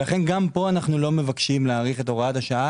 ולכן גם פה אנחנו לא מבקשים להאריך את הוראת השעה